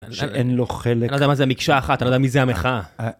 שאין לו חלק. אתה לא יודע מה זה המקשה האחת, אתה לא יודע מי זה המחאה.